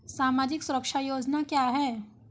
सामाजिक सुरक्षा योजना क्या है?